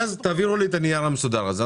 ואז תעבירו לי את הנייר המסודר הזה.